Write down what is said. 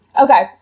Okay